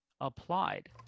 applied